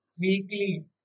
weekly